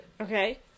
Okay